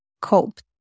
coped